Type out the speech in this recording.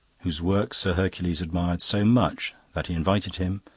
whose work sir hercules admired so much that he invited him,